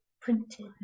Printed